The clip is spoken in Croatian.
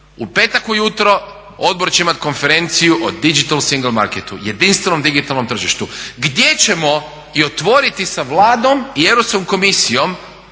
U petak ujutro odbor će imati konferenciju o … /Govornik govori engleski./ … jedinstvenom digitalnom tržištu gdje ćemo i otvoriti sa Vladom i Europskom komisijom